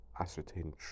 ascertain